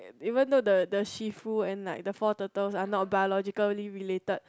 even though the Shifu and like the four turtles are not biologically related